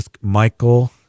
Michael